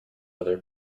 other